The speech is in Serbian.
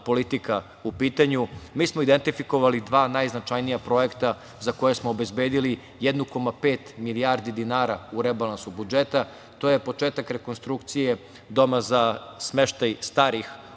politika u pitanju. Mi smo identifikovali dva najznačajnija projekta za koja smo obezbedili 1,5 milijardi dinara u rebalansu budžeta, to je početak rekonstrukcije Doma za smeštaj starih